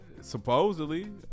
Supposedly